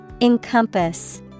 encompass